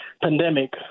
pandemic